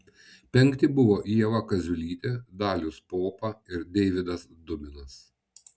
penkti buvo ieva kaziulytė dalius popa ir deividas dubinas